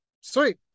Sweet